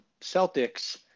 Celtics